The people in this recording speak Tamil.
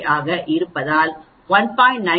05 ஆக இருப்பதால் 1